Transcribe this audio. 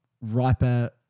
riper